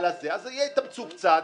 אז יתאמצו קצת,